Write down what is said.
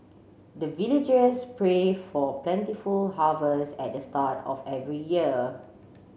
the villagers pray for plentiful harvest at the start of every year